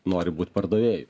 nori būt pardavėju